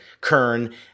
kern